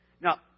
Now